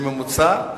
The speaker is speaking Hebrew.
בממוצע,